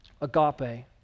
Agape